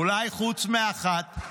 אולי חוץ מאחת,